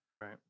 right